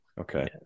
okay